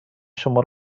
شما